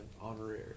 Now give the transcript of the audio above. honorary